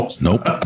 Nope